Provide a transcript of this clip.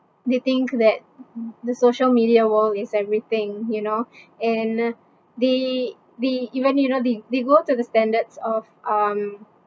they think that the social media world is everything you know and they they then you know they they go to the standards of um